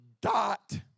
dot